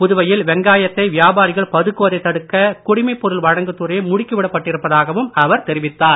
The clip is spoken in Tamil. புதுவையில் வெங்காயத்தை வியாபாரிகள் பதுக்குவதைத் தடுக்க குடிமைப்பொருள் வழங்கு துறை முடுக்கிவிடப் பட்டிருப்பதாக அவர் தெரிவித்தார்